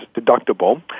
deductible